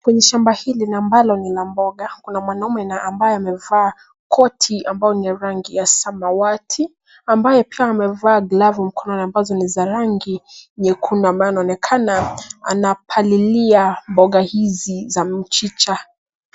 Kwenye shamba hili ambalo ni la mboga kuna mwanaume ambaye amevaa koti ambayo ni rangi ya samawati ambayo pia amevaa glavu mkononi ambazo ni za rangi nyekundu ambayo anaonekana anapalilia mboga hizi za mchicha.